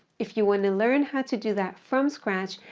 if you want to learn how to do that from scratch,